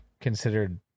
considered